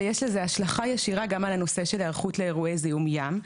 ויש לזה השלכה ישירה גם על הנושא של היערכות לאירועי זיהום ים,